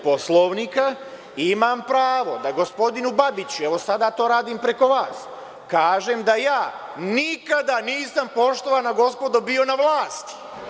Poslovnika imam pravo da gospodinu Babiću, sada to radim preko vas, kažem da ja nikada nisam, poštovana gospodo, bio na vlasti.